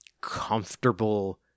comfortable